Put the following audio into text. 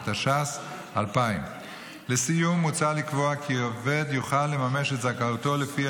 התש"ס 2000. לסיום מוצע לקבוע כי עובד יוכל לממש את זכאותו לפי